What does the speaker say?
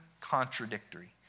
contradictory